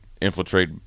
infiltrate